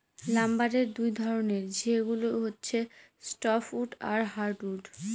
লাম্বারের দুই ধরনের, সেগুলা হচ্ছে সফ্টউড আর হার্ডউড